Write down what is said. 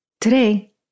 today